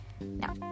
Now